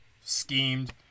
schemed